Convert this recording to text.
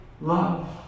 love